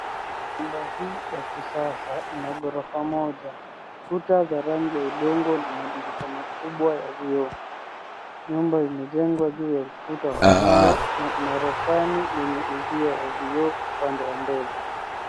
Nyumba hii ya kisasa ina ghorofa moja , kuta za rangi ya udongo na madirisha makubwa ya vioo. Nyumba imejengwa juu ya ukuta wa mawe na ina roshani yenye uzio wa vioo upande wa mbele.